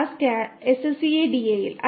ആ SCADA ൽ